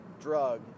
drug